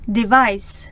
device